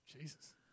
Jesus